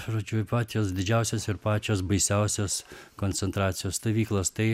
žodžiu pačios didžiausios ir pačios baisiausios koncentracijos stovyklos tai